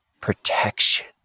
protection